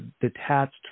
detached